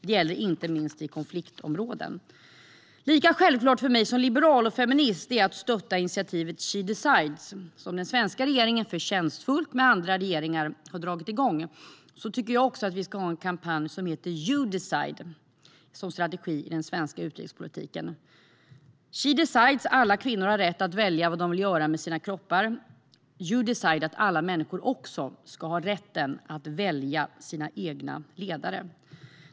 Detta gäller inte minst i konfliktområden. Lika självklart för mig som liberal och feminist att stötta initiativet She decides, som den svenska regeringen tillsammans med andra regeringar förtjänstfullt har dragit igång, tycker jag det är att vi ska ha en kampanj som heter You decide som en strategi i den svenska utrikespolitiken. She decides handlar om att alla kvinnor har rätt att välja vad de vill göra med sin kropp, och You decide handlar om att alla människor också ska ha rätt att välja sina egna ledare.